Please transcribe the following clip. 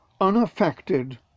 unaffected